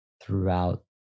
throughout